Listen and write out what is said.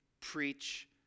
Preach